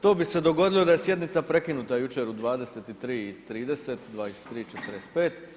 To bi se dogodilo da je sjednica prekinuta jučer u 23,30, 23,45.